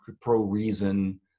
pro-reason